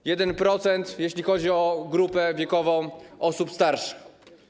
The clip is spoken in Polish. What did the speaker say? To 1%, jeśli chodzi o grupę wiekową osób starszych.